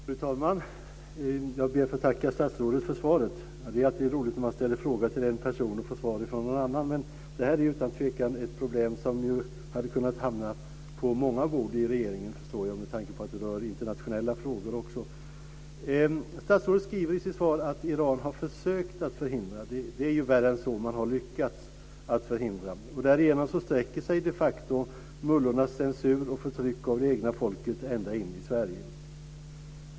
Fru talman! Jag ber att få tacka statsrådet för svaret. Det är alltid roligt när man ställer en fråga till en person och får svar av någon annan. Men jag förstår att det här utan tvekan är ett problem som hade kunnat hamna på många bord i regeringen, med tanke på att det också rör internationella frågor. Statsrådet skriver i sitt svar att Iran har försökt förhindra. Det är ju värre än så. Man har lyckats förhindra. Därigenom sträcker sig de facto mullornas censur och förtryck av det egna folket ända in i Sverige.